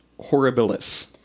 Horribilis